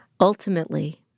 ultimately